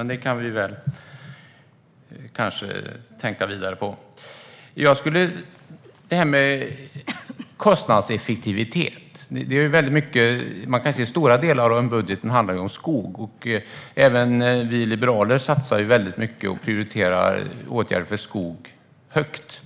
Den frågan kan vi tänka vidare på. Sedan var det frågan om kostnadseffektivitet. Stora delar av budgeten handlar om skog. Även vi liberaler satsar mycket och prioriterar åtgärder för skog högt.